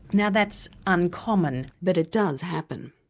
now that's uncommon but it does happen.